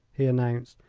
he announced,